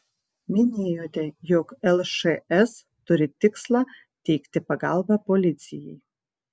minėjote jog lšs turi tikslą teikti pagalbą policijai